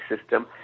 system